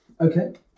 Okay